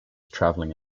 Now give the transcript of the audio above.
travelling